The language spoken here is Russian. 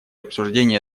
обсуждение